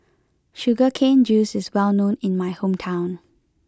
Sugar Cane Juice is well known in my hometown